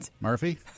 Murphy